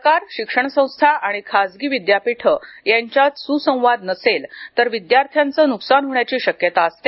सरकार शिक्षण संस्था आणि खासगी विद्यापीठं यांच्यात सुसंवाद नसेल तर विद्यार्थ्यांचं नुकसान होण्याची शक्यता असते